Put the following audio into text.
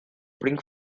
bring